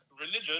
religion